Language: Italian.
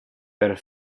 per